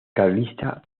carlista